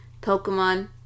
Pokemon